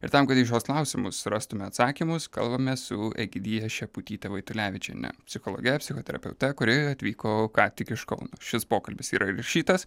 ir tam kad į šiuos klausimus rastume atsakymus kalbame su egidija šeputytė vaitulevičienė psichologe psichoterapeute kuri atvyko ką tik iš kauno šis pokalbis yra įrašytas